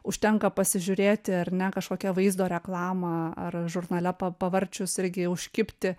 užtenka pasižiūrėti ar ne kažkokia vaizdo reklamą ar žurnale pa pavarčius irgi užkibti